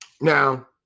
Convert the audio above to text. Now